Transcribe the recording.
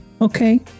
okay